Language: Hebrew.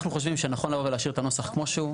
אנחנו חושבים שנכון לבוא ולהשאיר את הנוסח כמו שהוא,